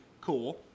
Cool